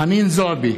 נגד חנין זועבי,